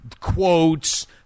quotes